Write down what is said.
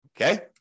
Okay